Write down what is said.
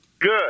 good